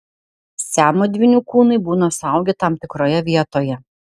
siamo dvynių kūnai būna suaugę tam tikroje vietoje